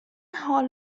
حال